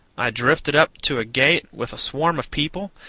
i drifted up to a gate with a swarm of people,